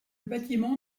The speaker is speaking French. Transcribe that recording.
bâtiment